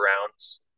rounds